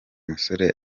musore